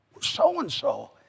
so-and-so